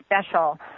special